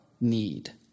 need